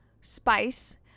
spice